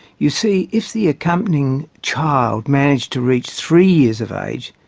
you see, if the accompanying child managed to reach three years of age,